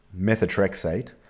methotrexate